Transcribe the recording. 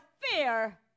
fear